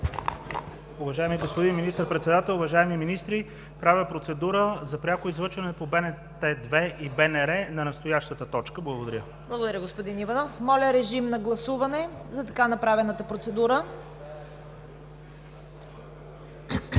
Уважаеми господин Министър-председател, уважаеми министри! Правя процедура за пряко излъчване по БНТ 2 и БНР на настоящата точка. Благодаря. ПРЕДСЕДАТЕЛ ЦВЕТА КАРАЯНЧЕВА: Благодаря, господин Иванов. Моля, режим на гласуване по така направената процедура.